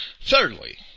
Thirdly